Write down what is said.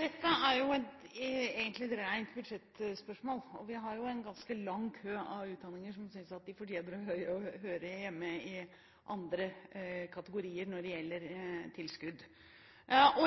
Dette er egentlig et rent budsjettspørsmål, og vi har en ganske lang kø av utdanninger som synes at de fortjener å høre hjemme i andre kategorier når det gjelder tilskudd.